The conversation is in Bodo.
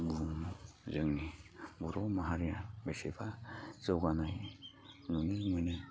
बुहुमाव जोंनि बर'माहारिया बेसेबा जौगानाय नुनो मोनो